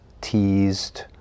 teased